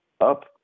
up